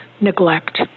neglect